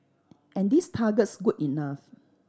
and these targets good enough